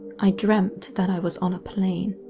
i dreamt that i was on a plane.